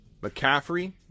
McCaffrey